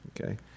Okay